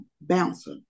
bouncer